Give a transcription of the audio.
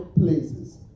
places